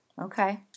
Okay